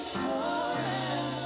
forever